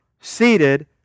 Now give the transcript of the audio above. seated